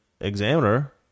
Examiner